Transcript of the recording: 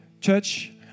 Church